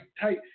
tight